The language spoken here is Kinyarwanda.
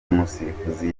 umusifuzi